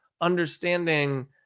understanding